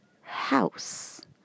house